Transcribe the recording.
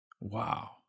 Wow